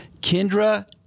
Kendra